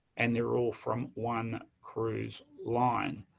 and they're all from one cruise line,